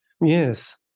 Yes